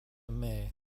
may